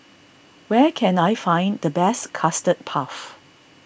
where can I find the best Custard Puff